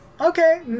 okay